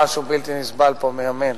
הרעש הוא בלתי נסבל פה מימין.